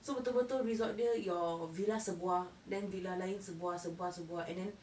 so betul-betul resort dia your villa sebuah then villa lain sebuah sebuah sebuah and then